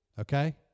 okay